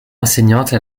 enseignante